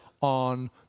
on